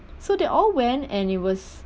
so they all went and it was